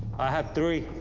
i have three.